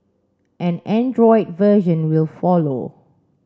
an Android version will follow